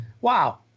Wow